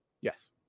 Yes